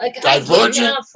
Divergent